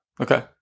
Okay